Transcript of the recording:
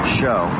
show